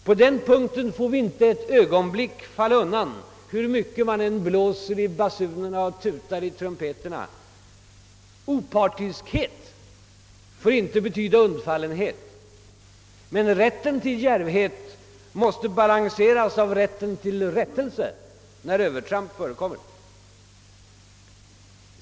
På denna punkt får vi inte för ett ögonblick falla undan, hur mycket man än blåser i basunerna och tutar i trumpeterna. Opartiskhet får inte betyda undfallenhet, men rätten till djärvhet måste balanseras av rätten till korrigering när övertramp förekommer.